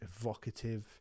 evocative